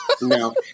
No